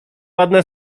ładne